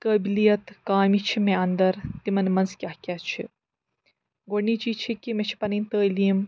قٲبلیت کامہِ چھِ مےٚ اَنٛدر تِمَن منٛز کیٛاہ کیٛاہ چھِ گۄڈٕنِچی چھِ کہِ مےٚ چھِ پَنٕنۍ تعلیٖم